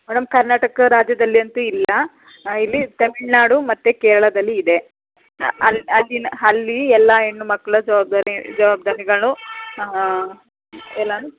madam Karnataka ರಾಜ್ಯದಲ್ಲಿ ಅಂತೂ ಇಲ್ಲ ಇಲ್ಲಿ ತಮಿಳ್ನಾಡು ಮತ್ತೆ ಕೇರಳದಲ್ಲಿ ಇದೆ ಅಲ್ಲಿ ಅಲ್ಲಿನ ಹಲ್ಲಿ ಎಲ್ಲ ಹೆಣ್ಣುಮಕ್ಕಳ ಜವಾಬ್ದಾರಿ ಜವಾಬ್ದಾರಿಗಳು ಎಲ್ಲನೂ